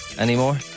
Anymore